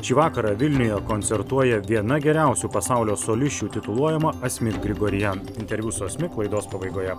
šį vakarą vilniuje koncertuoja viena geriausių pasaulio solisčių tituluojama asmik grigorian interviu su asmik laidos pabaigoje